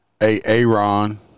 Aaron